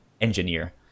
engineer